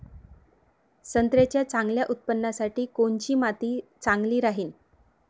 संत्र्याच्या चांगल्या उत्पन्नासाठी कोनची माती चांगली राहिनं?